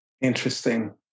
interesting